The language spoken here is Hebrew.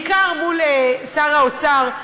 בעיקר מול שר האוצר,